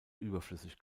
überflüssig